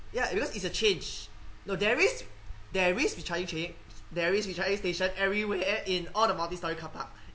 ya because it's a change no there is there is trying to change there is a charging station everywhere in all the multi storey carpark